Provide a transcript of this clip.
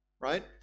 right